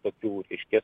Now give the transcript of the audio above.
tokių reiškias